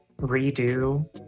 redo